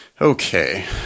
Okay